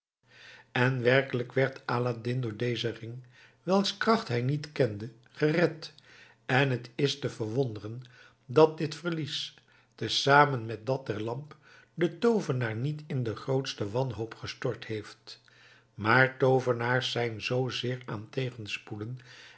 en werkelijk werd aladdin door dezen ring welks kracht hij niet kende gered en het is te verwonderen dat dit verlies te zamen met dat der lamp den toovenaar niet in de grootste wanhoop gestort heeft maar toovenaars zijn zoo zeer aan tegenspoeden